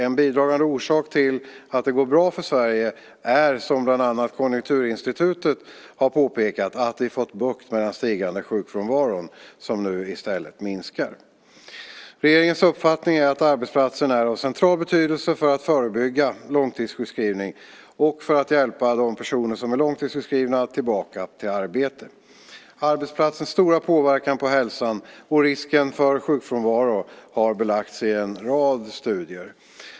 En bidragande orsak till att det går bra för Sverige är - som bland andra Konjunkturinstitutet har påpekat - att vi fått bukt med den stigande sjukfrånvaron som nu i stället minskar. Regeringens uppfattning är att arbetsplatsen är av central betydelse för att förebygga långtidssjukskrivning och för att hjälpa de personer som är långtidssjukskrivna tillbaka till arbete. Arbetsplatsens stora påverkan på hälsan och risken för sjukfrånvaro har belagts i en rad studier.